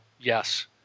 yes